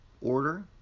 order